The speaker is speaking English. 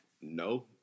No